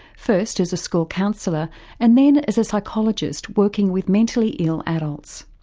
first as a school counsellor and then as a psychologist working with mentally ill adults.